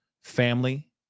family